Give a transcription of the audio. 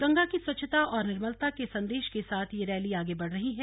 गंगा की स्वच्छता और निर्मलता के संदेश के साथ यह रैली आगे बढ़ रही है